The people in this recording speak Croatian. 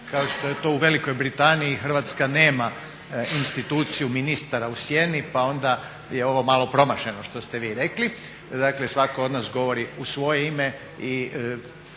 kao što je to u Velikoj Britaniji Hrvatska nema instituciju ministara u sjeni pa onda je ovo malo promašeno što ste vi rekli, dakle svatko od nas govori u svoje ime,